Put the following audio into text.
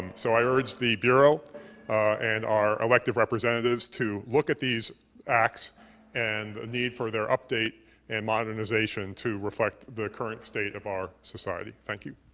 so i urge the bureau and our elected representatives to look at these acts and need for their update and modernization to reflect the current state of our society. thank you.